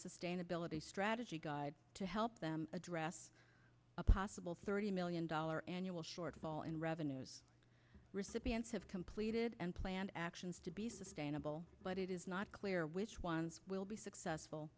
sustainability strategy guide to help them address a possible thirty million dollar annual shortfall in revenues recipients have completed and planned actions to be sustainable but it is not clear which ones will be successful